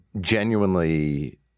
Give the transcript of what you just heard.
genuinely